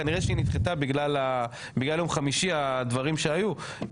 כנראה שהיא נדחתה בגלל יום חמישי הדברים שהיו,